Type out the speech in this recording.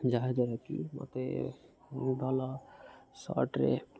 ଯାହାଦ୍ୱାରା କି ମୋତେ ବହୁ ଭଲ ସଟ୍ରେ